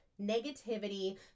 negativity